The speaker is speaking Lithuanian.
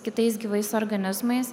kitais gyvais organizmais